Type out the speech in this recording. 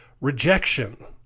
rejection